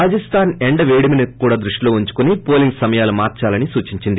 రాజస్గాన్ ఎండవేడిమిని కూడా దృష్టిలో ఉంచుకుని పోలింగ్ సమయాలను మార్చాలని సూచించింది